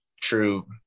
true